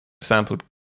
sampled